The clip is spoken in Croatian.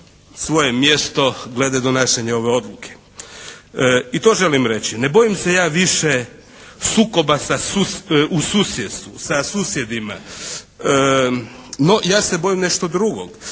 svoje mjesto glede donašanja ove odluke. I to želim reći, ne bojim se ja više sukoba u susjedstvu, sa susjedima, no ja se bojim nešto drugog.